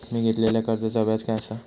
मी घेतलाल्या कर्जाचा व्याज काय आसा?